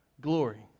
glory